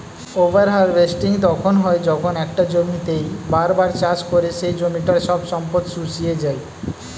over harvesting তখন হয় যখন একটা জমিতেই বার বার চাষ করে সেই জমিটার সব সম্পদ শুষিয়ে যায়